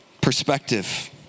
perspective